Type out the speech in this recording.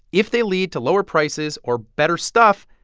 if they lead to lower prices or better stuff,